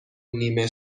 نیمه